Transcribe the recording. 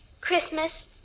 Christmas